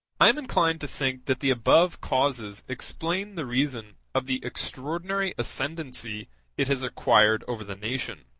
i am inclined to think that the above causes explain the reason of the extraordinary ascendency it has acquired over the nation,